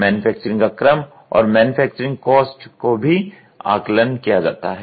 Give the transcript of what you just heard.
manufacturing का क्रम और मैन्युफैक्चरिंग कॉस्ट का भी आकलन किया जाता है